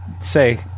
Say